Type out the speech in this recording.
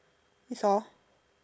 that's all